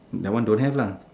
that one don't have lah